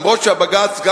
אף-על-פי שהבג"ץ,